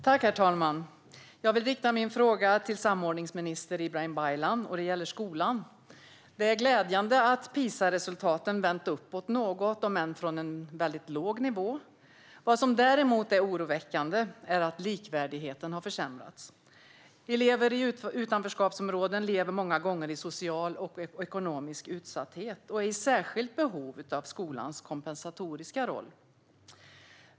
Herr talman! Jag vill rikta min fråga till samordningsminister Ibrahim Baylan; det gäller skolan. Det är glädjande att PISA-resultaten vänt uppåt något, om än från en väldigt låg nivå. Vad som däremot är oroväckande är att likvärdigheten har försämrats. Elever i utanförskapsområden lever många gånger i social och ekonomisk utsatthet och är i särskilt behov av skolans kompensatoriska roll.